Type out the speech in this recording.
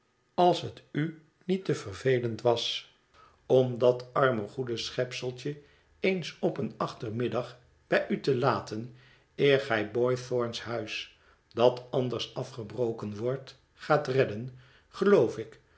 als het u niet te vervelend was om dat arme goede schepseltje eens op een achtermiddag bij u te laten eer gij boythorn's huis dat anders afgebroken wordt gaat redden geloof ik